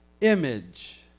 image